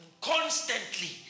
constantly